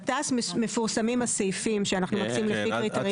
בתע"ש מפורסמים הסעיפים שאנחנו מקצים לפי קריטריונים --- כן,